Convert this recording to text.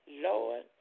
Lord